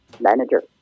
manager